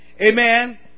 Amen